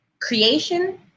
creation